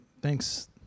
Thanks